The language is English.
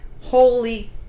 holy